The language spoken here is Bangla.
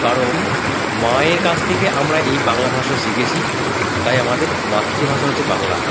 কারণ মায়ের কাছ থেকে আমরা এই বাংলা ভাষা শিখেছি তাই আমাদের মাতৃভাষা হচ্ছে বাংলা